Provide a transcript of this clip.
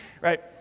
Right